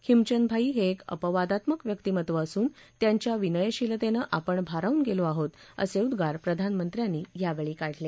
खिमचंदभाई हे एक अपवादात्मक व्यक्तिमत्व असून त्यांच्या विनयशीलतेनं आपण भारावून गेलो आहोत असं उद्गार प्रधानमंत्र्यांनी यावेळी काढले